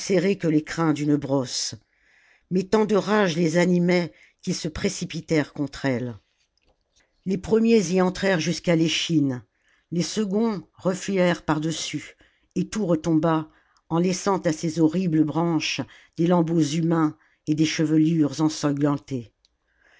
que les crins d'une brosse mais tant de rage les animait qu'ils se précipitèrent contre elle les premiers y entrèrent jusqu'à l'échine les seconds refluèrent par-dessus et tout retomba en laissant à ces horribles branches des lambeaux humains et des chevelures ensanglantées